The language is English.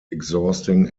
exhausting